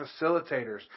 facilitators